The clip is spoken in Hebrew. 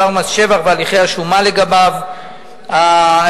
השלטון המרכזי וגם בשילוב השלטון המקומי,